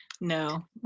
No